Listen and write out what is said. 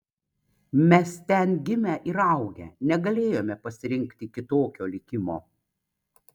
mes ten gimę ir augę negalėjome pasirinkti kitokio likimo